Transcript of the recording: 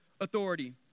authority